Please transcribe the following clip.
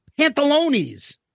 pantalones